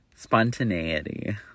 spontaneity